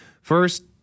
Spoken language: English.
First